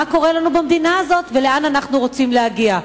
מה קורה לנו במדינה הזאת ולאן אנחנו רוצים להגיע?